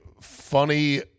funny